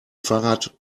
fahrrad